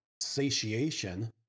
satiation